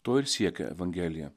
to ir siekia evangelija